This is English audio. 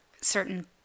certain